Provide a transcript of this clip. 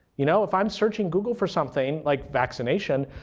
you know if i'm searching google for something, like vaccination,